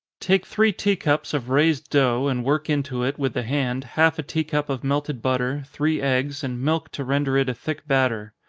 take three tea-cups of raised dough, and work into it, with the hand, half a tea-cup of melted butter, three eggs, and milk to render it a thick batter.